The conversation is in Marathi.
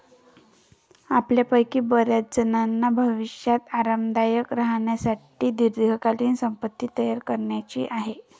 आपल्यापैकी बर्याचजणांना भविष्यात आरामदायक राहण्यासाठी दीर्घकालीन संपत्ती तयार करायची आहे